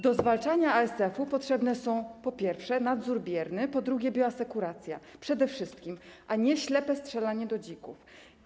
Do zwalczania ASF potrzebne są, po pierwsze, nadzór bierny, po drugie, bioasekuracja, przede wszystkim, a nie ślepe strzelanie do dzików.